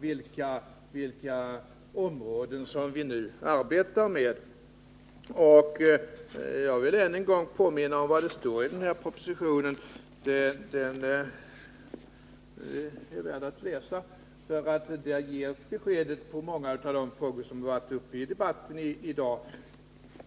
på vilka områden vi för tillfället arbetar med. Jag vill än en gång påminna om det som står i propositionen. Den är värd att läsa för där ges besked beträffande många av de frågor som varit uppe i debatten i dag.